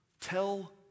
tell